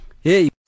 Hey